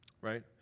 right